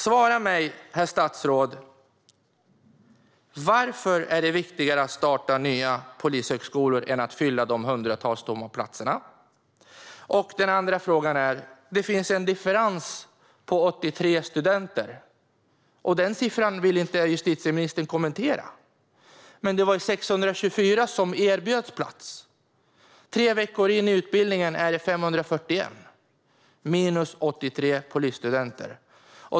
Svara mig, herr statsråd: Varför är det viktigare att starta nya polishögskolor än att fylla de hundratals tomma platserna? Jag har en andra fråga. Det finns en differens på 83 studenter. Den siffran vill inte justitieministern kommentera. Det var 624 som erbjöds plats. Tre veckor in i utbildningen är det 541. Det är minus 83 polisstudenter.